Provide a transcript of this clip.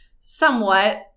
somewhat